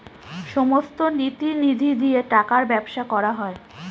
সমস্ত নীতি নিধি দিয়ে টাকার ব্যবসা করা হয়